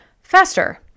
faster